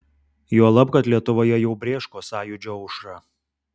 juolab kad lietuvoje jau brėško sąjūdžio aušra